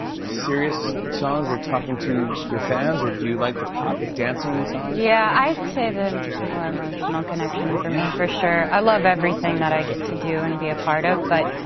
serious songs or talking to your fans or do you like the pop, dancing songs? yeah, i'd say the more emotional connection for me, for sure. i love everything that i get to do and be a part of, but,